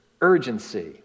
urgency